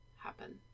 happen